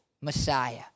Messiah